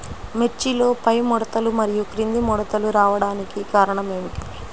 మిర్చిలో పైముడతలు మరియు క్రింది ముడతలు రావడానికి కారణం ఏమిటి?